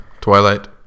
Twilight